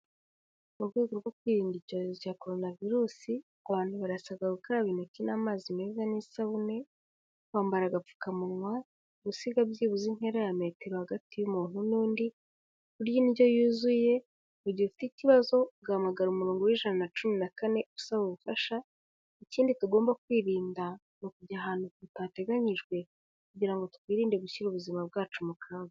Mu rwego rwo kwirinda icyorezo cya coronavirus abantu barasabwa gukaraba intoki n'amazi meza n'isabune, kwambara agapfukamunwa, gusiga byibuze intera ya metero hagati y'umuntu n'undi, kurya indyo yuzuye mu gihe ufite ikibazo ugahamagara umurongo w'ijana na cumi na kane usaba ubufasha, ikindi tugomba kwirinda ni ukujya ahantu hatateganyijwe kugira ngo twirinde gushyira ubuzima bwacu mu kaga.